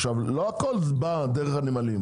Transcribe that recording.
לא הכול בא דרך הנמלים,